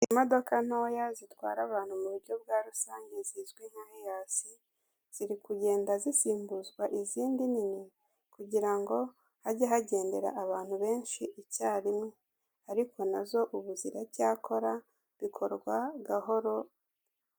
Imodoka ntoya zitwara abantu mu buryo bwa rusange zizwi nka hiyasi ziri kugenda zisimbuzwa izindi nini kugira ngo hajye hagendera abantu benshi icyarimwe ariko nazo ubu ziracyakora bikorwa gahoro.